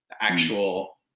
actual